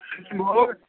कृष्णभोग